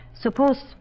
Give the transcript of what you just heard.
suppose